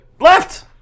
left